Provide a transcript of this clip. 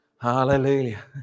Hallelujah